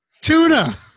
Tuna